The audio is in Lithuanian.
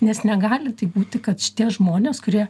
nes negali taip būti kad šitie žmonės kurie